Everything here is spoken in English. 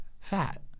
fat